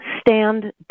stand